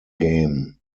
game